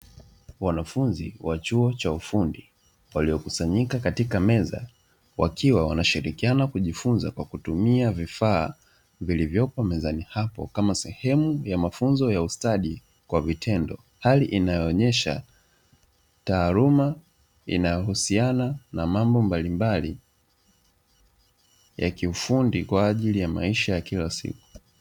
Wanafunzi wa chuo cha ufundi waliokusanyika katika meza, wakiwa wanashirikiana kujifunza kwa kutumia vifaa vilivyopo mezani hapo kama sehemu ya mafunzo ya ustadi kwa vitendo. Hali inayoonyesha taaluma inayohusiana na mambo mbalimbali ya kiufundi kwa ajili ya maisha ya kila siku.